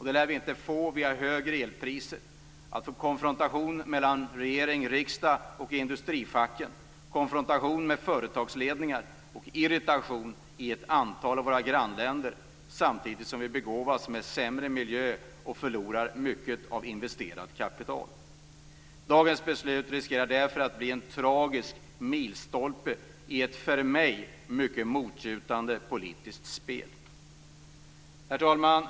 Det lär vi inte få via högre elpriser, konfrontation mellan regering och riksdag och med industrifacken, konfrontation med företagsledningar, och irritation i ett antal av våra grannländer samtidigt som vi begåvas med sämre miljö och förlorar mycket av investerat kapital. Dagens beslut riskerar därför att bli en tragisk milstolpe i ett för mig mycket motbjudande politiskt spel. Herr talman!